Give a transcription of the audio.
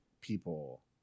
people